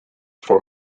for